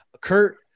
Kurt